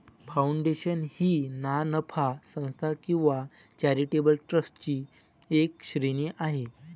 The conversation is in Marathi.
फाउंडेशन ही ना नफा संस्था किंवा चॅरिटेबल ट्रस्टची एक श्रेणी आहे